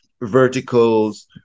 verticals